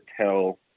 tell